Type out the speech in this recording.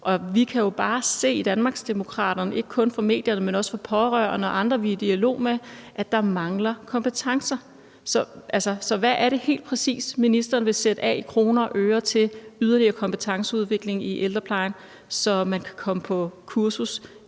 Vi kan jo bare se i Danmarksdemokraterne – ikke kun i medierne, men vi hører det også fra pårørende og andre, vi er i dialog med – at der mangler kompetencer. Så hvad er det helt præcist, ministeren vil sætte af i kroner og øre til yderligere kompetenceudvikling i ældreplejen, så man kan komme på kursus